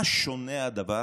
מה שונה הדבר